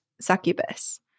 Succubus